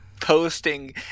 posting